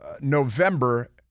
November